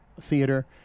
theater